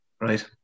right